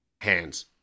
hands